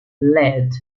led